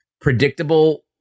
predictable